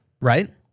Right